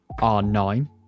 R9